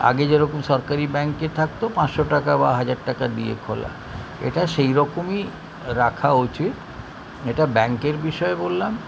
আগে যেরকম সরকারি ব্যাঙ্কে থাকতো পাঁচশো টাকা বা হাজার টাকা দিয়ে খোলা এটা সেইরকমই রাখা উচিত এটা ব্যাঙ্কের বিষয়ে বললাম